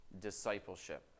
discipleship